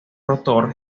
rotor